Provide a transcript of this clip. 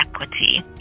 equity